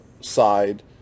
side